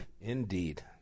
Indeed